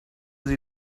sie